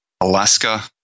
Alaska